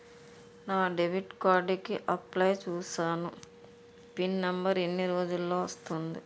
నా debit card కి apply చూసాను పిన్ నంబర్ ఎన్ని రోజుల్లో వస్తుంది?